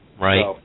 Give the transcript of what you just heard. Right